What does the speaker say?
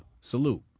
Salute